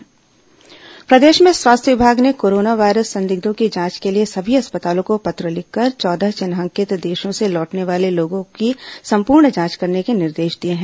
corona virus प्रदेश के स्वास्थ्य विमाग ने कोरोना वायरस संदिग्धों की जांच के लिए सभी अस्पतालों को पत्र लिखकर चौदह विन्हांहित देशों से लौटने वाले लोगों की संपूर्ण जांच करने के निर्देश दिए हैं